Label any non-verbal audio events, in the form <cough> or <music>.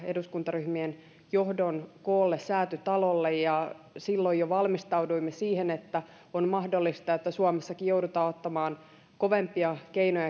eduskuntaryhmien johdon koolle säätytalolle ja silloin jo valmistauduimme siihen että on mahdollista että suomessakin joudutaan ottamaan kovempia keinoja <unintelligible>